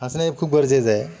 हसणे खूप गरजेचं आहे